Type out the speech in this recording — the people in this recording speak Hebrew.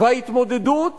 וההתמודדות